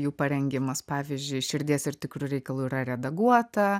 jų parengimas pavyzdžiui širdies ir tikru reikalu yra redaguota